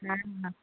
हाँ हाँ